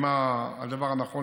התברר לי דבר די